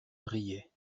riait